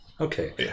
Okay